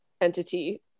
entity